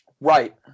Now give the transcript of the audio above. Right